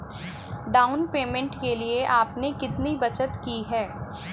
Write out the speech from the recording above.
Down payment के लिए आपने कितनी बचत की है?